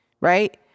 right